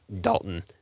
Dalton